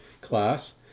class